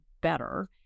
better